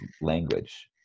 language